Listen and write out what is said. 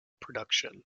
production